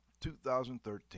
2013